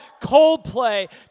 Coldplay